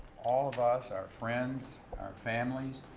all of us our friends, our families,